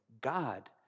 God